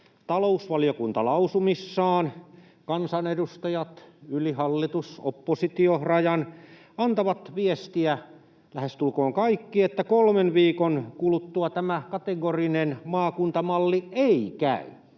talousvaliokunta lausumissaan ja kansanedustajat yli hallitus—oppositio-rajan antavat lähestulkoon kaikki viestiä, että kolmen viikon kuluttua tämä kategorinen maakuntamalli ei käy